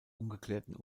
ungeklärten